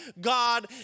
God